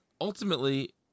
ultimately